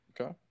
Okay